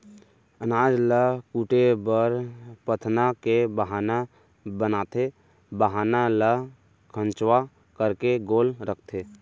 अनाज ल कूटे बर पथना के बाहना बनाथे, बाहना ल खंचवा करके गोल रखथें